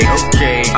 okay